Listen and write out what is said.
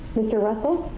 mr. russell?